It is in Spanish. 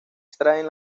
extraen